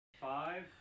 Five